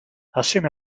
assieme